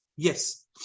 Yes